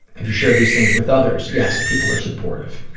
have you shared these things with others? yes. people are supportive.